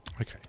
okay